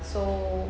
so